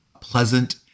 pleasant